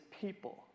people